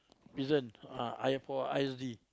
prison uh I for I_S_D